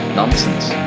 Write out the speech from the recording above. nonsense